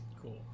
Cool